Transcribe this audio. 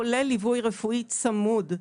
כולל ליווי רפואי צמוד.